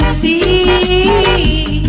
see